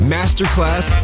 Masterclass